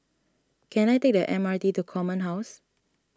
can I take the M R T to Command House